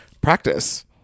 practice